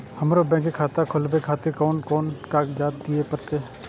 हमरो बैंक के खाता खोलाबे खातिर कोन कोन कागजात दीये परतें?